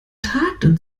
taten